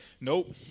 nope